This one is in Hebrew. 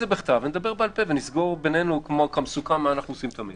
נסגור בינינו כמסוכם, מה אנחנו עושים תמיד.